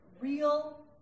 real